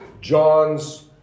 John's